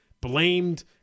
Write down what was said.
blamed